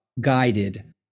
guided